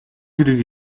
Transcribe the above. хэрэг